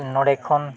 ᱱᱚᱰᱮ ᱠᱷᱚᱱ